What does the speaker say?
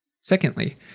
Secondly